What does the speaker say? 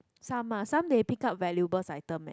some ah some they pick up valuables item eh